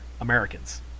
Americans